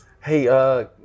Hey